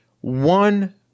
one